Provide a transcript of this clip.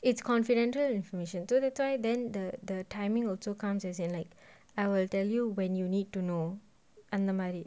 it's confidential information so that's why then the the timing also comes as in like I will tell you when you need to know undermined it